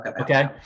okay